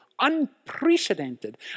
unprecedented